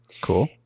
Cool